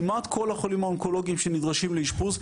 כמעט כל החולים האונקולוגים שנדרשים לאשפוז,